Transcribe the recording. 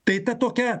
tai ta tokia